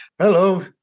Hello